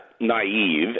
naive